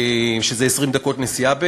שזה 20 דקות נסיעה בערך,